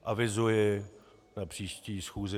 Avizuji na příští schůzi